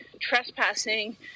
trespassing